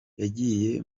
yagiye